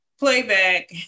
Playback